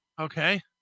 Okay